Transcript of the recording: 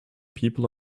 people